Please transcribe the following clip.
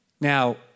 Now